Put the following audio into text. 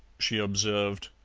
she observed.